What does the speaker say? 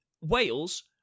Wales